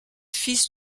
fils